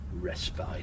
Respite